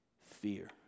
fear